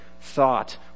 thought